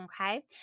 Okay